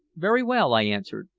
very well, i answered.